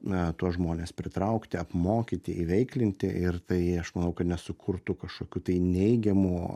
na tuos žmones pritraukti apmokyti įveiklinti ir tai aš manau kad nesukurtų kažkokių tai neigiamų